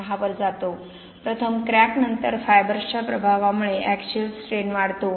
6 वर जातो प्रथम क्रॅकनंतर फायबर्संच्या प्रभावामुळे ऍक्सिअल स्ट्रेन वाढतो